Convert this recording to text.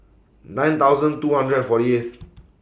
nine thousand two hundred and forty eighth